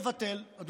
אדוני היושב-ראש,